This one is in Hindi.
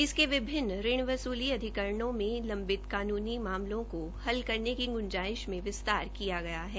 इसके विभिन्न ऋण वसूली अधिकरणों में लंम्बित कानूनी मामलों को हल करने की ग्जाइंश में विस्तार किया गया है